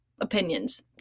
opinions